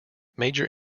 major